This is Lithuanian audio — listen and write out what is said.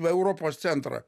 europos centrą